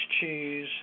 cheese